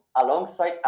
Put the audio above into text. alongside